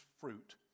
fruit